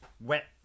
wet